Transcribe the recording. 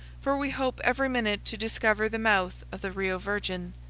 for we hope every minute to discover the mouth of the rio virgen.